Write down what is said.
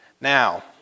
Now